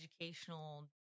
educational